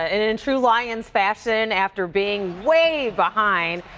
and in true lions fashion, after being way behind,